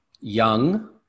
young